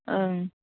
ओं